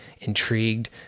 intrigued